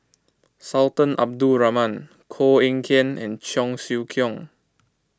Sultan Abdul Rahman Koh Eng Kian and Cheong Siew Keong